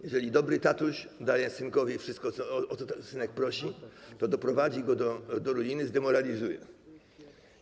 Jeżeli dobry tatuś daje synkowi wszystko, o co synek prosi, to doprowadzi go do ruiny, zdemoralizuje.